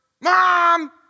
Mom